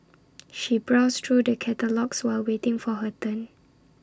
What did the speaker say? she browsed through the catalogues while waiting for her turn